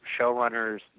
showrunners